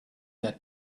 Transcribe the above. that